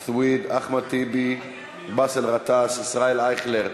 סוִיד, אחמד טיבי, באסל גטאס, ישראל אייכלר,